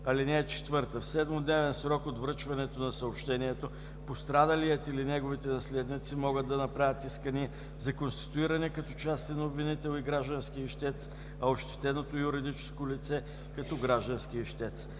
искания. (4) В 7-дневен срок от връчването на съобщението пострадалият или неговите наследници могат да направят искания за конституиране като частен обвинител и граждански ищец, а ощетеното юридическо лице – като граждански ищец.